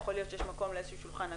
יכול להיות שיש מקום לשולחן עגול.